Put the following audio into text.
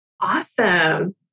Awesome